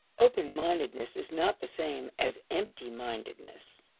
open-mindedness is not the same as empty-mindedness.